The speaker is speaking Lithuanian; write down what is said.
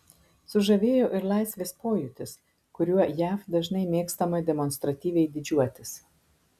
sužavėjo ir laisvės pojūtis kuriuo jav dažnai mėgstama demonstratyviai didžiuotis